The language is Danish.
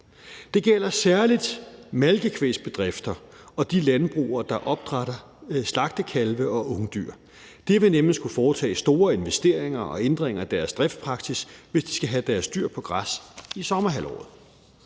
Det gælder særlig malkekvægsbedrifter og de landbrug, der opdrætter slagtekalve og ungdyr. De vil nemlig skulle foretage store investeringer og ændringer i deres driftspraksis, hvis de skal have deres dyr på græs i sommerhalvåret.